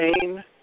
pain